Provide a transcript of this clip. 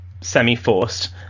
semi-forced